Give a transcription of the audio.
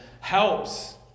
helps